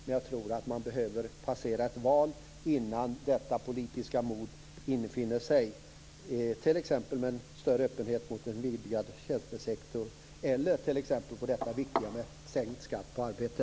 Men jag tror att vi behöver passera ett val innan detta politiska mod infinner sig, t.ex. med en större öppenhet mot en vidgad tjänstesektor eller mot sänkt skatt på arbete.